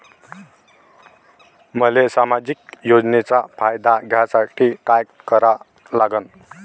मले सामाजिक योजनेचा फायदा घ्यासाठी काय करा लागन?